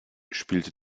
spielte